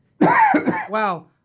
Wow